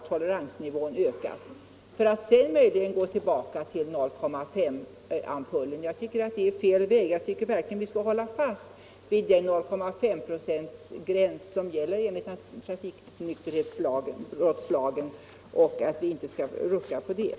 En sådan ändring kan i praktiken — det vidhåller jag —- leda till att många människor tror att toleransnivån har höjts. Jag tycker därför att vi skall hålla fast vid den 0,5-promillegräns som gäller enligt lagstiftningen om trafiknykterhetsbrott.